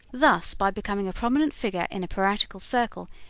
thus, by becoming a prominent figure in a piratical circle,